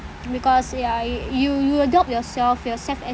because ya y~ you you adopt yourself your self es~